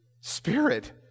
spirit